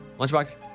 Lunchbox